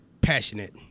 passionate